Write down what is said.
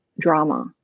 drama